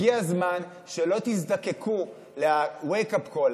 הגיע הזמן שלא תזדקקו ל-wake up call,